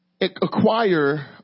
acquire